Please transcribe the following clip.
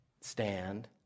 stand